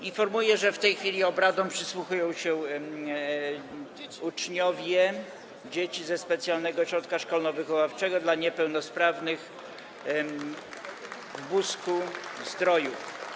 Informuję, że w tej chwili obradom przysłuchują się uczniowie, dzieci ze specjalnego ośrodka szkolno-wychowawczego dla niepełnosprawnych w Busku-Zdroju.